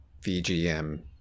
vgm